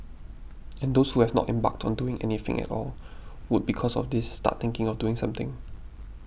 and those who have not embarked on doing anything at all would because of this start thinking of doing something